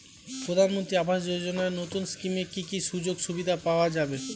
প্রধানমন্ত্রী আবাস যোজনা নতুন স্কিমে কি কি সুযোগ সুবিধা পাওয়া যাবে?